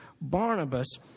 Barnabas